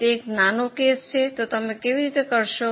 તે એક નાનો કેસ છે તમે તે કેવી રીતે કરશો